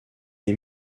est